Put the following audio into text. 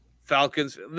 Falcons